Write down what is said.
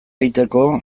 egiteko